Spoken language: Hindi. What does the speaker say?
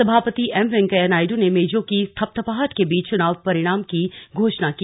सभापति एम वेंकैया नायड़ ने मेजों की थपथपाहट के बीच चुनाव परिणाम की घोषणा की